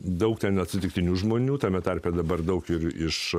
daug ten atsitiktinių žmonių tame tarpe dabar daug ir iš